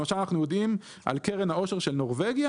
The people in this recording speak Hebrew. למשל אנחנו יודעים על קרן העושר של נורבגיה,